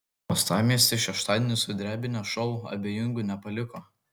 uostamiestį šeštadienį sudrebinęs šou abejingų nepaliko